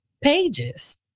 pages